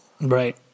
Right